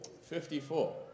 Fifty-four